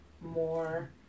more